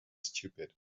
stupid